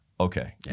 Okay